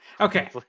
okay